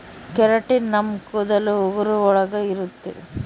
keratin ನಮ್ ಕೂದಲು ಉಗುರು ಒಳಗ ಇರುತ್ತೆ